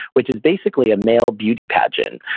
which is basically a male beauty pageant.